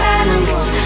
animals